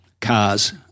cars